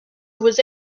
vous